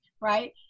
right